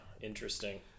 interesting